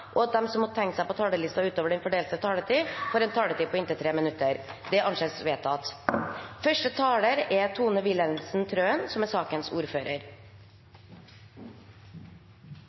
og at de som måtte tegne seg på talerlisten utover den fordelte taletid, får en taletid på inntil 3 minutter. – Det anses vedtatt. Kulturdepartementet foreslår i proposisjonen en midlertidig endring i lov av 28. august 1992 nr. 103 om pengespill mv., som